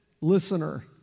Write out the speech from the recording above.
listener